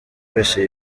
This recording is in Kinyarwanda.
wese